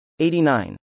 89